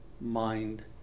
mind